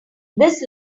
this